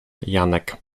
janek